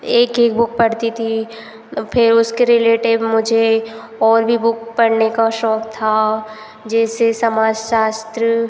एक एक बुक पढ़ती थी फिर उसके रिलेटेड मुझे और भी बुक पढ़ने का शौक़ था जैसे समाजशास्त्र